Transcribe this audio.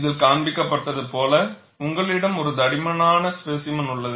இதில் காண்பிக்கப் பட்டது போல உங்களிடம் ஒரு தடிமனான ஸ்பேசிமென் உள்ளது